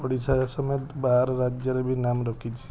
ଓଡ଼ିଶା ସମେତ ବାହାର ରାଜ୍ୟରେ ବି ନାମ ରଖିଛି